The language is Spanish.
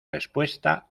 respuesta